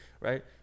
Right